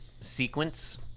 sequence